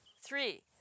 Three